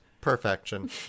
Perfection